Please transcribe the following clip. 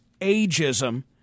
ageism